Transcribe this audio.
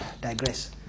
digress